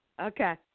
Okay